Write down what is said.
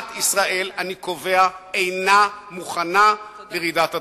מדינת ישראל, אני קובע, אינה מוכנה לרעידת אדמה.